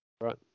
Right